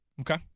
Okay